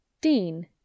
Dean